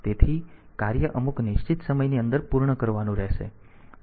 તેથી કાર્ય અમુક નિશ્ચિત સમયની અંદર પૂર્ણ કરવાનું રહેશે